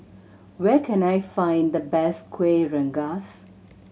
where can I find the best Kuih Rengas